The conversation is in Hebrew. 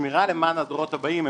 הדורות הבאים.